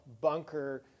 bunker